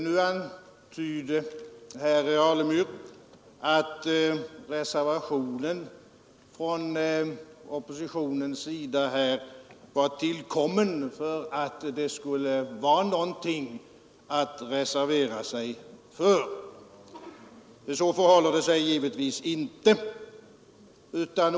Nu antydde herr Alemyr att reservationen från oppositionens sida var tillkommen för att vi skulle ha någonting att reservera oss för. Så förhåller det sig givetvis inte.